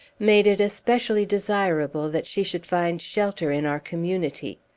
made it especially desirable that she should find shelter in our community.